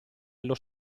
allo